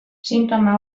sintoma